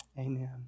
Amen